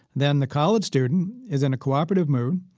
then the college student is in a cooperative mood.